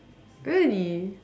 really